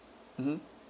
mmhmm